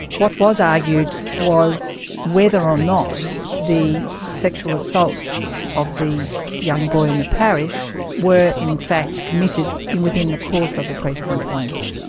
what was argued was whether or not the sexual assaults of the young boy in the parish were in fact committed within the course of the priest's employment.